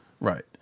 Right